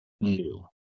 new